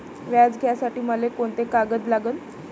व्याज घ्यासाठी मले कोंते कागद लागन?